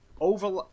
over